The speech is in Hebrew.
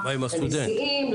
לנשיאים,